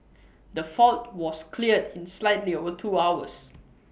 the fault was cleared in slightly over two hours